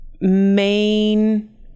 main